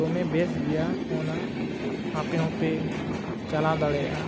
ᱫᱚᱢᱮ ᱵᱟᱥ ᱜᱮᱭᱟ ᱚᱱᱟ ᱟᱯᱮ ᱦᱚᱸᱯᱮ ᱪᱟᱞᱟᱣ ᱫᱟᱲᱮᱭᱟᱜᱼᱟ